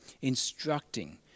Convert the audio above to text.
instructing